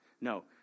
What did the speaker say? No